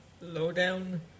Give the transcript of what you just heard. lowdown